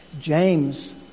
James